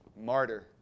Martyr